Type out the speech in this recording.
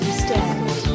stand